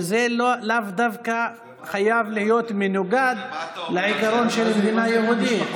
שזה לאו דווקא חייב להיות מנוגד לעיקרון של מדינה יהודית.